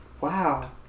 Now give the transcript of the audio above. Wow